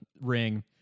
ring